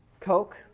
Coke